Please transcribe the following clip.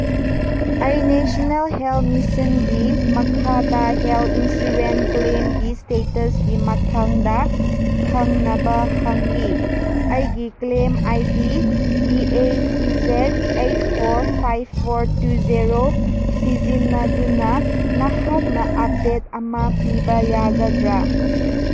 ꯑꯩ national health ꯃꯤꯁꯟꯒꯤ ꯃꯈꯥꯗ ꯍꯦꯜꯠ ꯏꯟꯁꯨꯔꯦꯟꯁ ꯀ꯭ꯂꯦꯝꯒꯤ ꯏꯁꯇꯦꯇꯁꯒꯤ ꯃꯊꯪꯗ ꯈꯪꯅꯕ ꯍꯪꯂꯤ ꯑꯩꯒꯤ claim I D D A T Z eight four five four two zero ꯁꯤꯖꯤꯟꯅꯗꯨꯅ ꯅꯍꯥꯛꯅ ꯑꯞꯗꯦꯠ ꯑꯃ ꯄꯤꯕ ꯌꯥꯒꯗ꯭ꯔꯥ